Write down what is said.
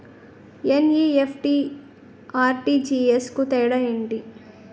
NEFT, RTGS కు తేడా ఏంటి?